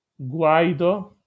Guaido